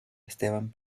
esteban